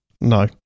No